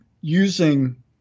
using